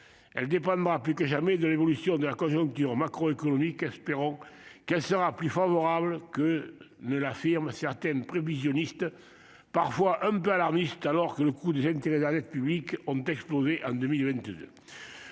Elle dépendra plus que jamais de l'évolution de la conjoncture macroéconomique. Espérons qu'elle sera plus favorable que ne l'affirment certains prévisionnistes, parfois un peu alarmistes, alors que le coût des intérêts de la dette publique a explosé en 2022.